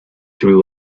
two